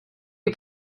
you